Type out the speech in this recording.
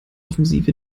offensive